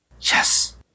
Yes